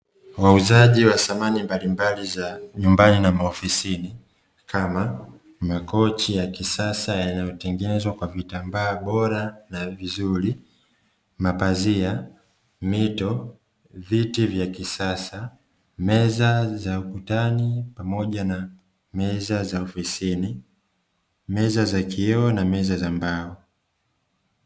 Wauzaji wa samani mbalimbali za nyumbani na maofisini kama makochi ya kisasa yanayotengenezwa kwa vitambaa bora na vizuri mapazia, mito, viti vya kisasa, meza za mkutano pamoja na meza za ofisini, meza za kioo na meza za mbao.